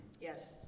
yes